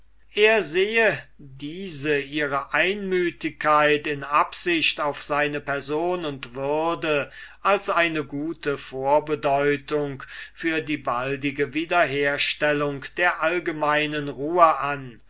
er sehe diese ihre einmütigkeit in absicht auf seine person und würde als eine gute vorbedeutung für die baldige wiederherstellung der gemeinen ruhe an